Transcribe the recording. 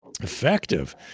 effective